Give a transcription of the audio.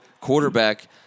quarterback